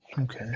Okay